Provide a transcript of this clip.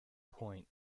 point